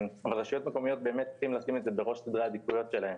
וברשויות מקומיות באמת צריכות לשים את זה בראש סדרי העדיפויות שלהן,